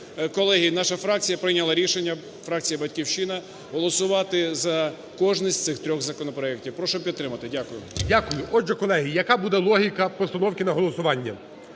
колеги, наша фракція прийняла рішення, фракція "Батьківщина", голосувати за кожний з цих трьох законопроектів. Прошу підтримати. Дякую. ГОЛОВУЮЧИЙ. Дякую. Отже, колеги, яка буде логіка постановки на голосування?